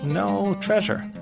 no treasure.